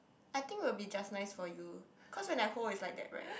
I think it'll be just nice for you cause when I hold is like that right